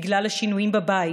בגלל השינויים בבית,